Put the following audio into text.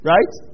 Right